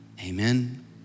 amen